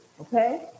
okay